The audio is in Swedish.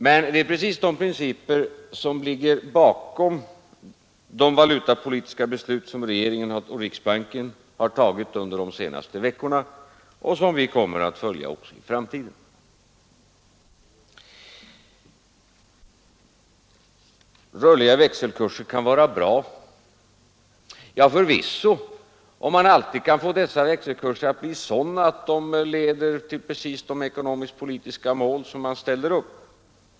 Men det är precis dessa principer som ligger bakom de valutapolitiska beslut som regeringen och riksbanken har fattat under de senaste veckorna och som vi också kommer att följa i framtiden. Rörliga växelkurser kan vara bra. Ja förvisso, om man alltid kan få dessa växelkurser att bli sådana att de leder till exakt de ekonomiskpolitiska mål som man ställer upp.